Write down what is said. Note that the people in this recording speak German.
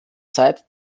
zeit